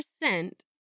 percent